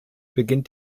beginnt